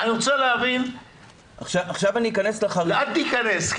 אני רוצה להבין -- עכשיו אני אכנס -- אל תיכנס.